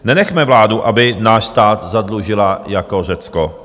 Nenechme vládu, aby náš stát zadlužila jako Řecko.